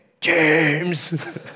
James